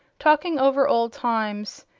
talking over old times,